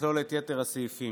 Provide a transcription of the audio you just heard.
יכלול את יתר הסעיפים.